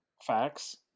facts